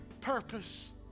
purpose